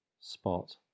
spot